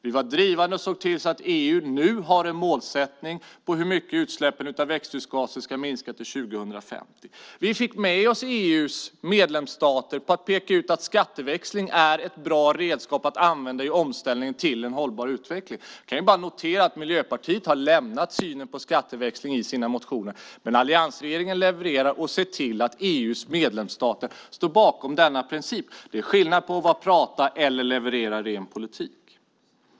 Vi var drivande och såg till att EU nu har en målsättning kring hur mycket utsläppen av växthusgaser ska minska till 2050. Vi fick med oss EU:s medlemsstater på att peka ut att skatteväxling är ett bra redskap att använda i omställningen till en hållbar utveckling. Jag kan bara notera att Miljöpartiet har lämnat synen på skatteväxlingen i sina motioner. Men alliansregeringen levererar och ser till att EU:s medlemsstater står bakom denna princip. Det är skillnad mellan att prata och att leverera ren politik.